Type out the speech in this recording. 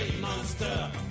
Monster